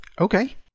okay